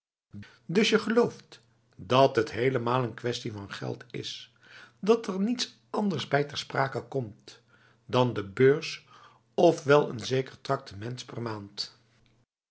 dus je gelooft dat het helemaal n kwestie van geld is dat er niets anders bij ter sprake komt dan de beurs ofwel n zeker traktement per maand